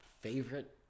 Favorite